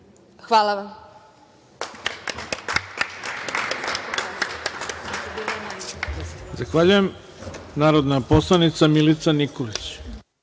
Hvala vam.